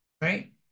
right